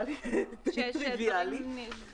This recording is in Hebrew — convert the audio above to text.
ד"ר עינב ממשרד הבריאות.